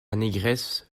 négresse